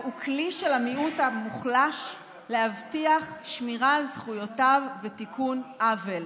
הוא כלי של המיעוט המוחלש להבטיח שמירה על זכויותיו ותיקון עוול.